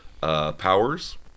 powers